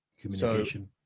Communication